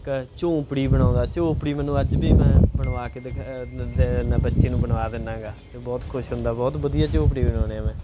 ਕ ਝੌਂਪੜੀ ਬਣਾਉਂਦਾ ਝੌਂਪੜੀ ਮੈਨੂੰ ਅੱਜ ਵੀ ਮੈਂ ਬਣਵਾ ਕੇ ਦ ਦੇ ਦਿੰਦਾ ਬੱਚੇ ਨੂੰ ਬਣਾ ਦਿੰਦਾ ਗਾ ਬਹੁਤ ਖੁਸ਼ ਹੁੰਦਾ ਬਹੁਤ ਵਧੀਆ ਝੌਂਪੜੀ ਬਣਾਉਣੇ ਆ ਮੈਂ